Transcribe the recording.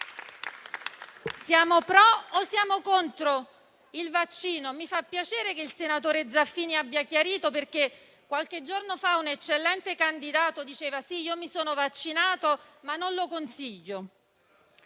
Siamo pro o contro il vaccino? Mi fa piacere che il senatore Zaffini abbia chiarito, perché qualche giorno fa un eccellente candidato ha detto di essersi vaccinato, ma di non consigliarlo.